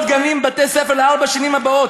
גנים ובתי-ספר לארבע השנים הבאות.